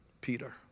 Peter